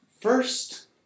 first